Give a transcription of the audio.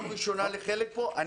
ראשונה לחלק מהנוכחים בשעה 12:00 בלילה.